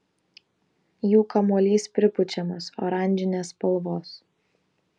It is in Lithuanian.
jų kamuolys pripučiamas oranžinės spalvos